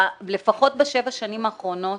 לפחות בשבע השנים האחרונות,